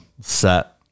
set